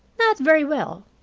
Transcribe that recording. not very well.